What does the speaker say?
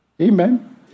Amen